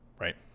Right